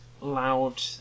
loud